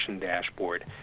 dashboard